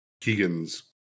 Keegan's